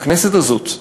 בכנסת הזאת,